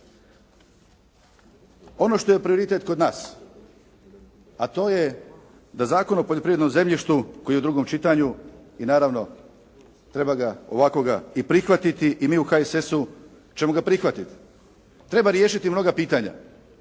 Ono što je prioritet kod nas, a to je da Zakon o poljoprivrednom zemljištu koji je u drugom čitanju i naravno treba ga ovakvog i prihvatiti i mi u HSS-u ćemo ga prihvatiti. Treba riješiti mnoga pitanja,